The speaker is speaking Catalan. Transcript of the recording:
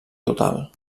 total